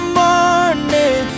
morning